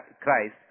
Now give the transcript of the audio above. Christ